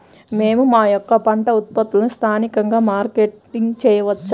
మేము మా యొక్క పంట ఉత్పత్తులని స్థానికంగా మార్కెటింగ్ చేయవచ్చా?